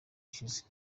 ishize